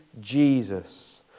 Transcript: Jesus